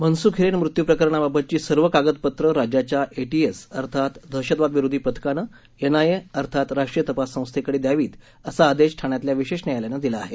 मनसुख हिरेन मृत्यूप्रकरणाबाबतची सर्व कागदपत्रं राज्याच्या एटीएस अर्थात दहशतवाद विरोधी पथकानं एनआयए अर्थात राष्ट्रीय तपास संस्थेकडे द्यावीत असा आदेश ठाण्यातल्या विशेष न्यायालयानं दिला आहे